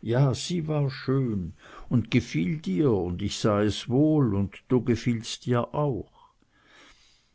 ja sie war schön und gefiehl dir ich sah es wohl und du gefiehlst ihr auch